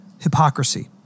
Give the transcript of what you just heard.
hypocrisy